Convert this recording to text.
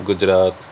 Gujarat